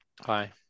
Hi